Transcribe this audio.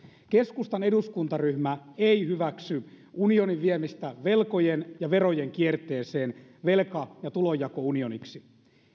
keskustan eduskuntaryhmä ei hyväksy unionin viemistä velkojen ja verojen kierteeseen velka ja tulonjakounioniksi